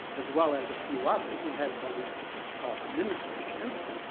as well as a few others, we had what we call a mini-conference,